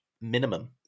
minimum